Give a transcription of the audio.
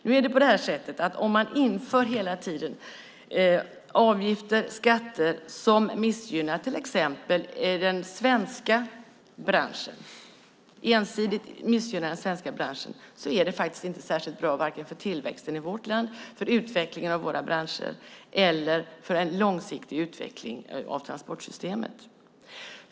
Nu är det på det sättet att om man hela tiden inför avgifter och skatter som ensidigt missgynnar den svenska branschen är det faktiskt inte särskilt bra för tillväxten i vårt land, för utvecklingen av våra branscher eller när det gäller en långsiktig utveckling av transportsystemet.